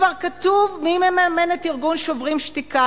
כבר כתוב מי מממן את ארגון "שוברים שתיקה":